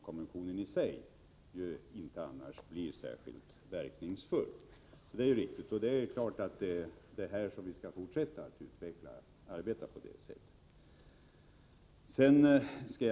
Konventionen i sig blir ju annars inte särskilt verkningsfull — det är riktigt. Vi skall naturligtvis fortsätta att arbeta på det sättet.